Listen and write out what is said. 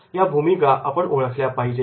ह्या भूमिका आपण ओळखल्या पाहिजेत